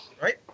right